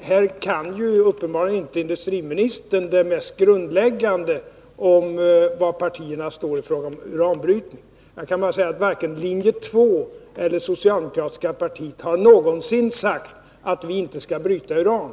här kan ju uppenbarligen inte industriministern det mest grundläggande när det gäller var partierna står i fråga om uranbrytning. Jag kan bara säga att varken linje 2 eller socialdemokratiska partiet någonsin sagt att vi inte skall bryta uran.